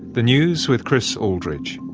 the news with chris aldridge.